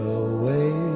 away